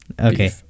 Okay